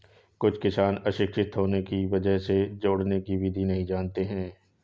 कुछ किसान अशिक्षित होने की वजह से जोड़ने की विधि नहीं जानते हैं